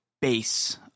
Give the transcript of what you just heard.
base